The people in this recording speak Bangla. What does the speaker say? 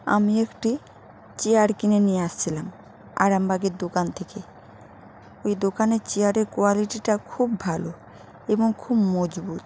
আমি একটি চেয়ার কিনে নিয়ে আসছিলাম আরামবাগের দোকান থেকে ওই দোকানে চেয়ারের কোয়ালিটিটা খুব ভালো এবং খুব মজবুত